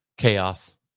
Chaos